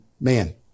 man